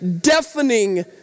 deafening